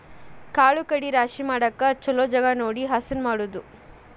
ಕಾಳು ಕಡಿ ರಾಶಿ ಮಾಡಾಕ ಚುಲೊ ಜಗಾ ನೋಡಿ ಹಸನ ಮಾಡುದು